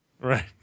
right